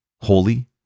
holy